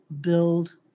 build